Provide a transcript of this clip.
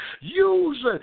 Use